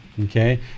okay